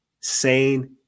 sane